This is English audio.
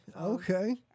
okay